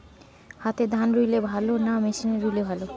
হাতে ধান রুইলে ভালো না মেশিনে রুইলে ভালো?